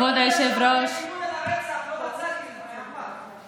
חברת הכנסת יזבק, בבקשה.